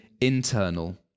internal